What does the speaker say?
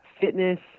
fitness